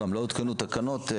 גם לא הותקנו תקנות.